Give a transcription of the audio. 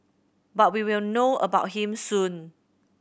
but we will know about him soon